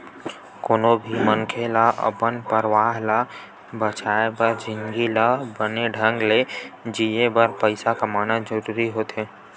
कोनो भी मनखे ल अपन परवार ला चलाय बर जिनगी ल बने ढंग ले जीए बर पइसा कमाना जरूरी होथे